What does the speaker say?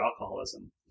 alcoholism